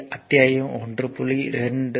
இது அத்தியாயம் 1